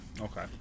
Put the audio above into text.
Okay